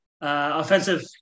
offensive